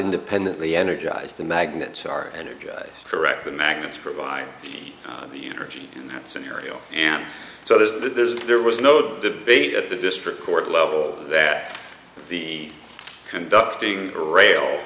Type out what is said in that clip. independently energized the magnets are energized correct the magnets provide the energy in that scenario and so there is there was no debate at the district court level that the conducting or rail